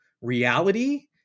reality